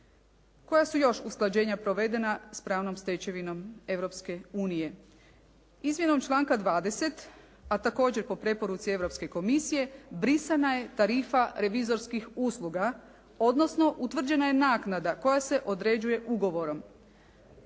Koja su još usklađenja provedena s pravnom stečevinom Europske unije? Izmjenom članka 20. a također po preporuci Europske komisije brisana je tarifa revizorskih usluga, odnosno utvrđena je naknada koja se određuje ugovorom.